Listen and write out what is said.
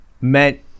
meant